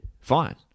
fine